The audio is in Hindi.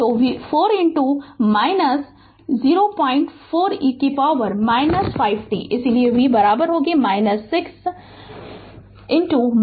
तो 4 04 e से पावर - 5t इसलिए V 16 5t वोल्ट t 0 के लिए